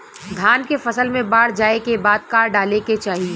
धान के फ़सल मे बाढ़ जाऐं के बाद का डाले के चाही?